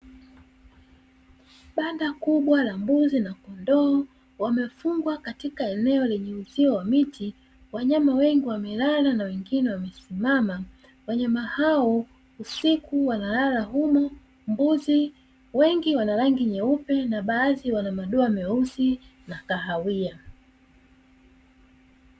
Banda kubwa la mbuzi na kondoo wamefungwa katika uzio wa miti, wanyama wengi wamelala na wengine wamesimama. Wanyama hao usiku wanalala humo, mbuzi wengi wana rangi nyeupe na baadhi wana madoa meusi na kahawia.